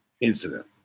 incident